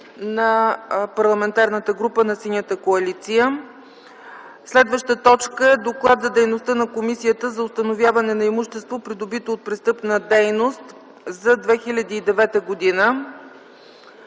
на Парламентарната група на Синята коалиция. 11. Доклад за дейността на Комисията за установяване на имущество, придобито от престъпна дейност за 2009 г.